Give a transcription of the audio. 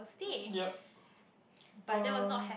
yup uh